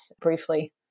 briefly